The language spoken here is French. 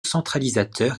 centralisateur